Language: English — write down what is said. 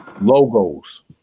logos